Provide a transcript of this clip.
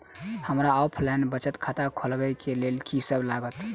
हमरा ऑफलाइन बचत खाता खोलाबै केँ लेल की सब लागत?